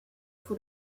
for